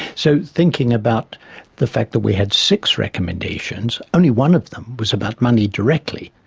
so thinking about the fact that we had six recommendations, only one of them was about money directly.